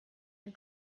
ein